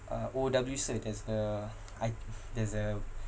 uh O_W sir there's a I'd there's a